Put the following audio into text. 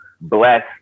Bless